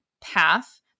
path